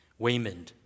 Waymond